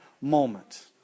moment